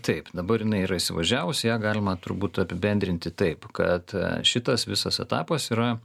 taip dabar jinai yra įsivažiavus ją galima turbūt apibendrinti taip kad šitas visas etapas yra